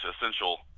essential